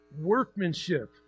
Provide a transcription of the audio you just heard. workmanship